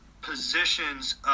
positions